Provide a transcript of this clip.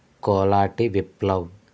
Kolati Viplav